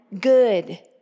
good